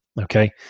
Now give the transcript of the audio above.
Okay